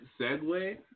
segue